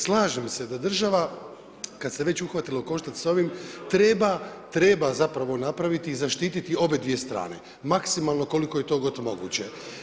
Slažem se da država kada se već uhvatila u koštac s ovim treba napraviti i zaštiti obadvije strane, maksimalno koliko je to god moguće.